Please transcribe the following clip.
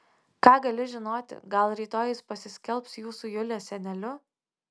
ką gali žinoti gal rytoj jis pasiskelbs jūsų julės seneliu